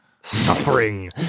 Suffering